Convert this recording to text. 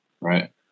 Right